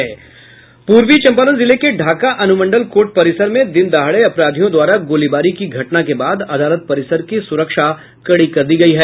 पूर्वी चंपारण जिले के ढांका अनुमंडल कोर्ट परिसर में दिन दहाड़े अपराधियों द्वारा गोलीबारी की घटना के बाद अदालत परिसर की सुरक्षा कड़ी कर दी गयी है